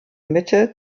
mitte